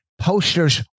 Posters